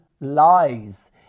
lies